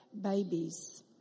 babies